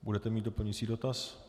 Budete mít doplňující dotaz?